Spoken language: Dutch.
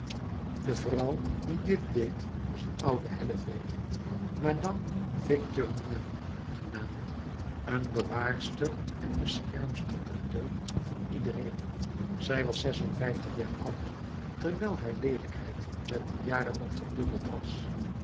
de vrouw die dit deed was een oude helleveeg madame victurnien genaamd een bewaarster en beschermster der deugd van iedereen zij was zesenvijftig jaar oud terwijl haar leelijkheid met de jaren nog verdubbeld was